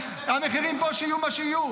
המחירים פה שיהיו מה שיהיו,